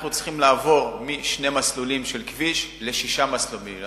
אנחנו צריכים לעבור משני מסלולים של כביש לשישה מסלולים.